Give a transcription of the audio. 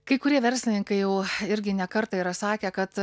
kai kurie verslininkai jau irgi ne kartą yra sakę kad